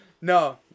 No